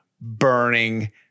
burning